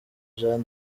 jean